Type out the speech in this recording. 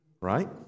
right